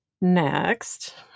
Next